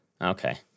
Okay